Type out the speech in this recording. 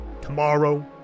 tomorrow